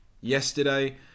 yesterday